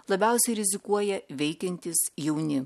labiausiai rizikuoja veikiantys jauni